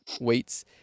weights